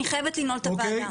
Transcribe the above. אני חייבת לנעול את הוועדה.